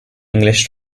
english